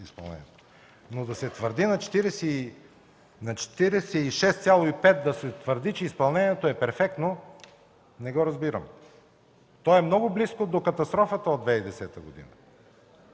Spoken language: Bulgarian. Но да се твърди на 46,5, че изпълнението е перфектно, не го разбирам. То е много близко до катастрофата от 2010 г.